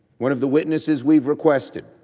one of the witnesses we've requested.